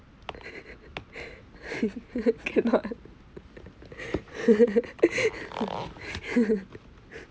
cannot